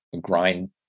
grind